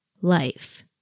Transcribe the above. life